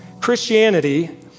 Christianity